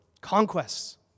Conquests